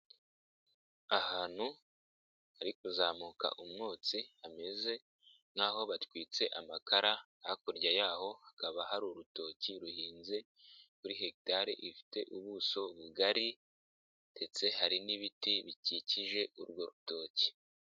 Ahantu hari kuzamuka umwotsi hameze nk'aho batwitse amakara, hakurya yaho hakaba hari urutoki ruhinze kuri hegitare ifite ubuso bugari ndetse hari n'ibiti bikikije urwo rutoki.